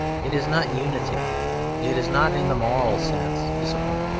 it is not unity it is not, in the moral sense, discipline.